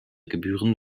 gebühren